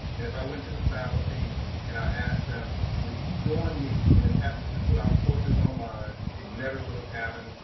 if i went to the faculty and i asked them, would you join me in an effort to put our courses online? it never would have happened.